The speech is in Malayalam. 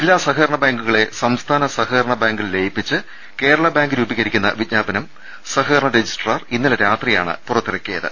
ജില്ലാ സഹകരണ ബാങ്കുകളെ സംസ്ഥാന സഹകരണ ബാങ്കിൽ ലയിപ്പിച്ച് കേരള ബാങ്ക് രൂപീകരിക്കുന്ന വിജ്ഞാപനം സഹക രണ രജിസ്ട്രാർ ഇന്നലെ രാത്രിയാണ് പുറത്തിറക്കിയത്